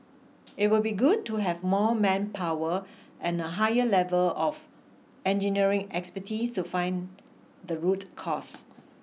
it would be good to have more manpower and a higher level of engineering expertise to find the root cause